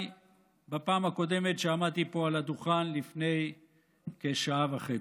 בפעם הקודמת שעמדתי פה על הדוכן לפני כשעה וחצי.